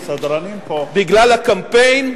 בגלל הקמפיין,